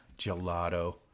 Gelato